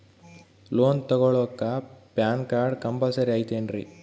Loan ತೊಗೊಳ್ಳಾಕ PAN card compulsory ಐಯ್ತೇನ್ರಿ?